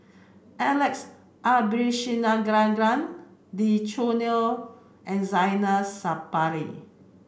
Alex Abisheganaden Lee Choo Neo and Zainal Sapari